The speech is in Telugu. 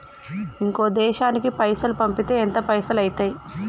ఇంకో దేశానికి పైసల్ పంపితే ఎంత పైసలు అయితయి?